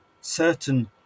certain